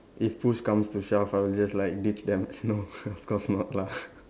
if push comes to shelf I'll just like ditch them no of course not lah